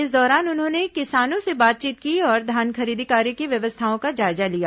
इस दौरान उन्होंने किसानों से बातचीत की और धान खरीदी कार्य की व्यवस्थाओं का जायजा लिया